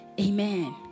Amen